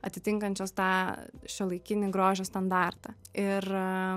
atitinkančios tą šiuolaikinį grožio standartą ir